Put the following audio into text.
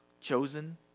chosen